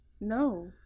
No